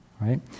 Right